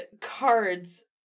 cards